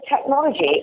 technology